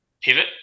pivot